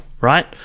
right